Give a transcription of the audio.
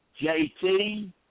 JT